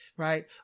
Right